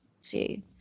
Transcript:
see